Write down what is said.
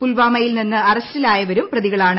പുൽവാമയിൽ നിന്നും അറസ്റ്റിലായവരും പ്രതികളാണ്